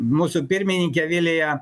mūsų pirmininkę viliją